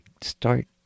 start